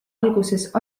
alguses